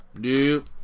Dude